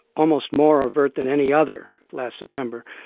almost more overt than any other, last september,